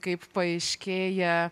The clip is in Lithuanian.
kaip paaiškėja